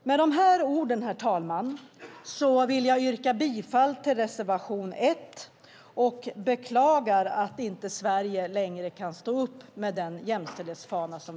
Herr talman! Jag yrkar bifall till reservation 1 och beklagar att Sverige inte längre kan hålla sin jämställdhetsfana högt.